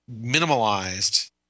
minimalized